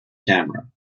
camera